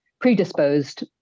predisposed